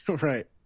Right